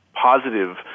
positive